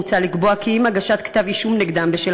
מוצע לקבוע כי עם הגשת כתב-אישום נגדם בשל